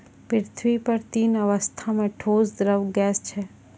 पृथ्वी पर तीन अवस्था म ठोस, द्रव्य, गैस छै